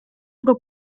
про